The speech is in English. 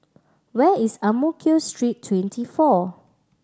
where is Ang Mo Kio Street Twenty four